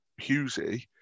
Hughesy